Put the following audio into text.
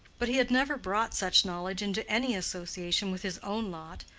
but he had never brought such knowledge into any association with his own lot,